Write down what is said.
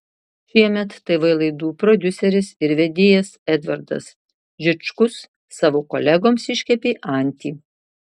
šiemet tv laidų prodiuseris ir vedėjas edvardas žičkus savo kolegoms iškepė antį